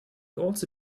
also